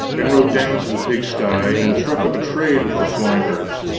and rode down to the pigsty, and struck up a trade with the swine-herds.